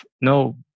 no